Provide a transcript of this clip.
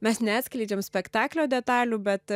mes neatskleidžiam spektaklio detalių bet